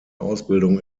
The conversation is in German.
ausbildung